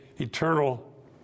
eternal